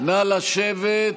נא לשבת.